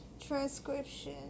transcription